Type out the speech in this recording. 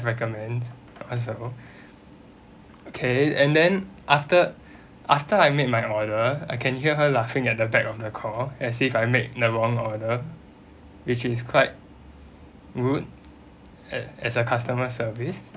recommend or so okay and then after after I made my order I can hear her laughing at the back of the call as if I make the wrong order which is quite rude as as a customer service